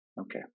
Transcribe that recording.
Okay